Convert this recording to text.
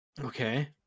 Okay